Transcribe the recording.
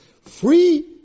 Free